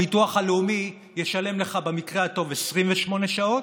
הביטוח הלאומי ישלם לך במקרה הטוב 28 שעות,